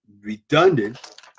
redundant